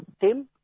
Team